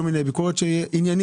היא ביקורת עניינית.